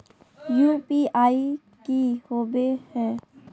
UPI की होवे है?